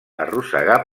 arrossegar